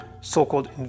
so-called